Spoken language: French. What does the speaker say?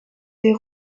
des